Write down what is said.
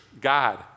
God